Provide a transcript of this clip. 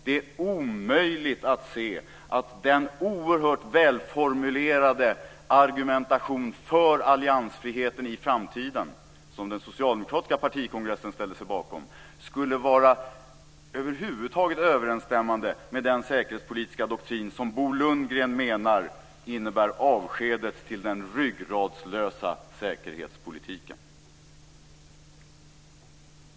Det är omöjligt att se att den oerhört välformulerade argumentation för alliansfriheten i framtiden som den socialdemokratiska partikongressen ställde sig bakom över huvud taget skulle vara överensstämmande med den säkerhetspolitiska doktrin som Bo Lundgren menar innebär avskedet till den ryggradslösa säkerhetspolitiken.